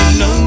no